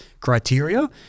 criteria